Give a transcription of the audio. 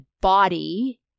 body